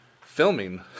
filming